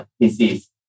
disease